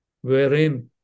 wherein